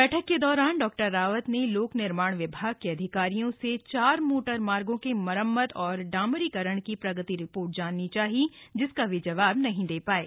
बैठक के दौरान डॉ रावत ने लोनिवि के अधिकारियों से चार मोटरमार्गो के मरम्मत और डामरीकरण की प्रगति रिपोर्ट जाननी चाही जिसका वो जवाब नहीं दे पाये